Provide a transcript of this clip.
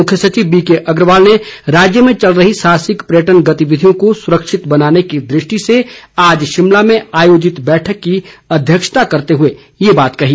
मुख्य सचिव बीके अग्रवाल ने राज्य में चल रही साहसिक पर्यटन गतिविधियों को सुरक्षित बनाने की दृष्टि से आज शिमला में आयोजित बैठक की अध्यक्षता करते हुए ये बात कही